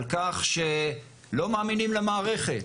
על כך שלא מאמינים למערכת.